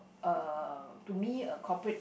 uh to me a corporate